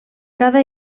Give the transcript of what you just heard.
cada